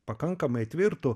pakankamai tvirtu